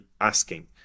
asking